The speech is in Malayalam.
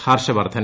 ഹർഷ വർദ്ധൻ